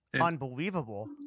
unbelievable